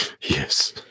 Yes